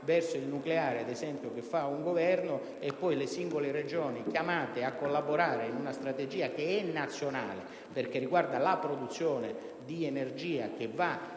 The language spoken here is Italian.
verso il nucleare, fatta ad esempio da un Governo, quando poi le singole Regioni, chiamate a collaborare in una strategia che è nazionale, perché riguarda la produzione di energia che è